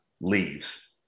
leaves